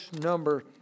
number